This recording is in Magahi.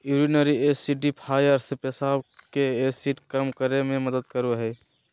यूरिनरी एसिडिफ़ायर्स पेशाब के एसिड कम करे मे मदद करो हय